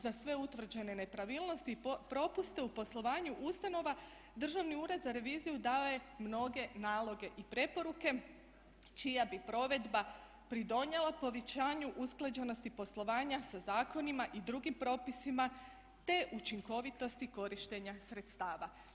Za sve utvrđene nepravilnosti i propuste u poslovanju ustanova Državni ured za reviziju dao je mnoge naloge i preporuke čija bi provedba pridonijela povećanju usklađenosti poslovanja sa zakonima i drugim propisima te učinkovitosti korištenja sredstava.